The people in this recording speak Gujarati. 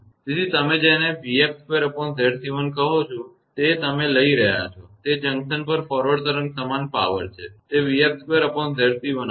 તેથી તમે જેને 𝑣𝑓2𝑍𝑐1 કહો છો તે તમે લઈ રહયા છો તે જંકશન પર ફોરવર્ડ તરંગ આગમન પાવર છે તે 𝑣𝑓2𝑍𝑐1 હશે